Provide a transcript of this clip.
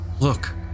look